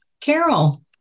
Carol